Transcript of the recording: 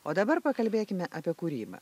o dabar pakalbėkime apie kūrybą